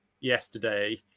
yesterday